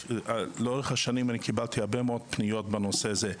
לאורך השנים אני קיבלתי הרבה מאוד פניות בנושא זה.